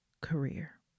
career